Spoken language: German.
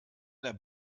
der